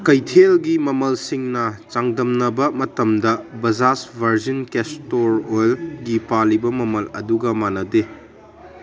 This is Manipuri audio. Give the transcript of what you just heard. ꯀꯩꯊꯦꯜꯒꯤ ꯃꯃꯜꯁꯤꯡꯅ ꯆꯥꯡꯗꯝꯅꯕ ꯃꯇꯝꯗ ꯕꯖꯥꯁ ꯕꯔꯖꯤꯟ ꯀꯦꯁꯇꯣꯔ ꯑꯣꯏꯜꯒꯤ ꯄꯥꯜꯂꯤꯕ ꯃꯃꯜ ꯑꯗꯨꯒ ꯃꯥꯟꯅꯗꯦ